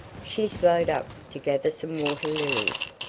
she slowed up, to gather some water lilies.